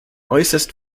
äußerst